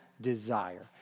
desire